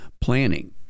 planning